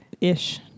Ish